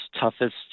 toughest